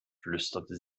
flüsterte